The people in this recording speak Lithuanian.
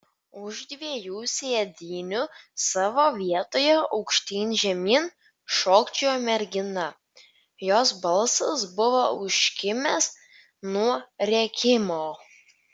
už dviejų sėdynių savo vietoje aukštyn žemyn šokčiojo mergina jos balsas buvo užkimęs nuo rėkimo